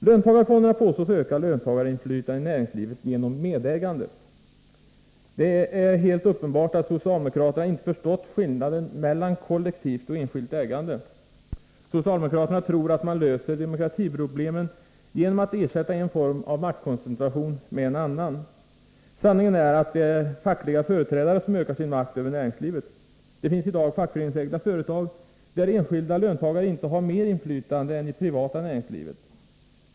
Löntagarfonderna påstås öka löntagarinflytandet i näringslivet genom medägande. Det är helt uppenbart att socialdemokraterna inte förstått skillnaden mellan kollektivt och enskilt ägande. Socialdemokraterna tror att man löser demokratiproblem genom att ersätta en form av maktkoncentration med en annan. Sanningen är att det är fackliga företrädare som ökar sin makt över näringslivet. Det finns i dag fackföreningsägda företag där enskilda löntagare inte har mer inflytande än i det privata näringslivet.